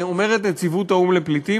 אומרת נציבות האו"ם לפליטים,